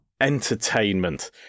entertainment